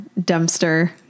dumpster